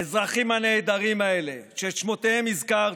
האזרחים הנהדרים האלה שאת שמותיהם הזכרתי,